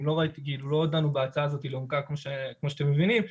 כאילו לא דנו בהצעה הזאת לעומקה כמו שאתם מבינים,